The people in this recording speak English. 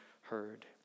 heard